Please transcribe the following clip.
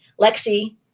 Lexi